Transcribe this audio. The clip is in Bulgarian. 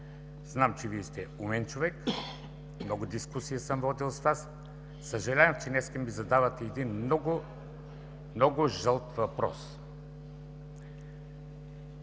знам, че Вие сте умен човек, много дискусии съм водил с Вас. Съжалявам, че днес ми задавате един много, много „жълт въпрос”.